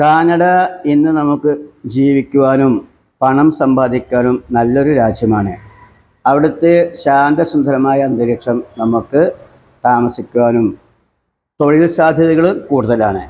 Canada ഇന്നു നമുക്കു ജീവിക്കുവാനും പണം സമ്പാദിക്കുവാനും നല്ലൊരു രാജ്യമാണ് അവിടുത്തെ ശാന്ത സുന്ദരമായ അന്തരീക്ഷം നമുക്ക് താമസിക്കുവാനും തൊഴിൽ സാധ്യതകൾ കൂടുതലാണ്